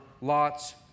Lot's